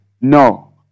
no